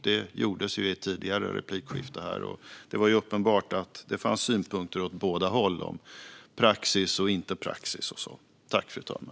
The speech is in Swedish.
Det gjordes i ett tidigare replikskifte här, och det var uppenbart att det fanns synpunkter åt båda håll om vad som är praxis och inte.